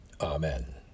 Amen